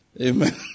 Amen